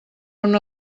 una